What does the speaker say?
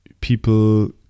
people